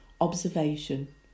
observation